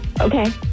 Okay